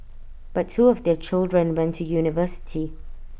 but two of their children went to university